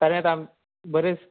परत आम बरेच